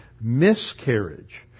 miscarriage